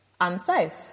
unsafe